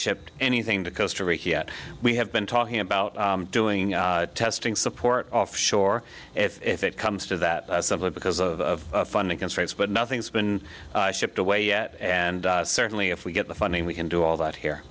shipped anything to costa rica we have been talking about doing testing support off shore if it comes to that simply because of funding constraints but nothing's been shipped away yet and certainly if we get the funding we can do all that here